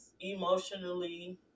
emotionally